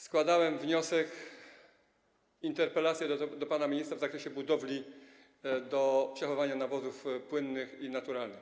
Składałem wniosek, interpelację do pana ministra w sprawie budowli do przechowywania nawozów płynnych i naturalnych.